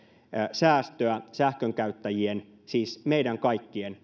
säästöä sähkönkäyttäjien siis meidän kaikkien